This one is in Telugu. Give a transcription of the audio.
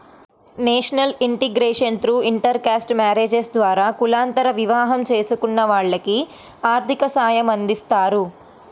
national integration through intercaste marriages ద్వారా కులాంతర వివాహం చేసుకున్న వాళ్లకి ఆర్థిక సాయమందిస్తారు